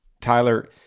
Tyler